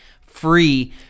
free